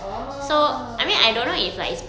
oh